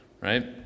right